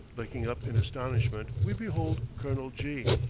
looking up in astonishment, we behold colonel g,